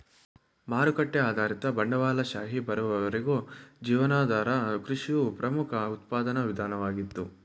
ಮಾರುಕಟ್ಟೆ ಆಧಾರಿತ ಬಂಡವಾಳಶಾಹಿ ಬರುವವರೆಗೂ ಜೀವನಾಧಾರ ಕೃಷಿಯು ಪ್ರಮುಖ ಉತ್ಪಾದನಾ ವಿಧಾನವಾಗಿತ್ತು